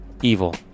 evil